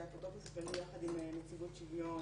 שאת הטופס הזה יחד עם נציבות שוויון